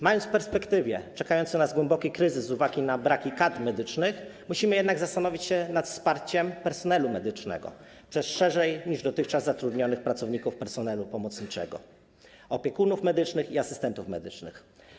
Mając w perspektywie czekający nas głęboki kryzys z uwagi na braki kadr medycznych, musimy jednak zastanowić się nad wsparciem personelu medycznego przez szerzej niż dotychczas zatrudnionych pracowników personelu pomocniczego, opiekunów medycznych i asystentów medycznych.